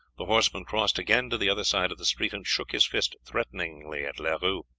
the horseman crossed again to the other side of the street and shook his fist threateningly at leroux.